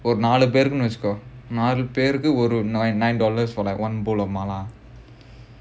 ஒரு நாலு பேருக்குணு வச்சிக்கோ நாலு பேருக்கு ஒரு:oru naalu perukkunu vachikko naaluperukku oru nine nine dollars for like one bowl of mala